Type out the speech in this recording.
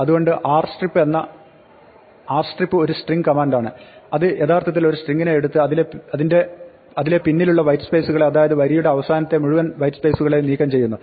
അതുകൊണ്ട് rstrip ഒരു string കമാന്റാണ് അത് യഥാർത്ഥത്തിൽ ഒരു സ്ട്രിങ്ങിനെ എടുത്ത് അതിലെ പിന്നിലുള്ള വൈറ്റ് സ്പേസുകളെ അതായത് വരിയുടെ അവസാനമുള്ള മുഴുവൻ വൈറ്റ് സ്പേസുകളെയും നീക്കം ചെയ്യുന്നു